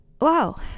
Wow